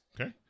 Okay